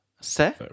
Se